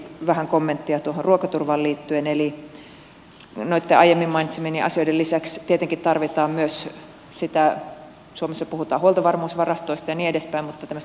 vähän kommenttia tuohon ruokaturvaan liittyen eli noitten aiemmin mainitsemieni asioiden lisäksi tietenkin tarvitaan myös sitä varmuusvarastointia suomessa puhutaan huoltovarmuusvarastoista ja niin edelleen